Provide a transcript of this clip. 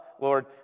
Lord